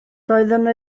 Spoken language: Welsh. doeddwn